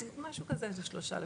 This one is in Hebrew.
משהו כזה, זה שלושה לפחות.